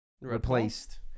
replaced